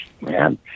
Man